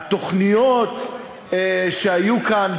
התוכניות שהיו כאן,